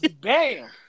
bam